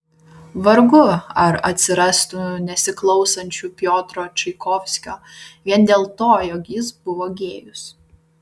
vargu ar atsirastų nesiklausančių piotro čaikovskio vien dėl to jog jis buvo gėjus